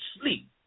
sleep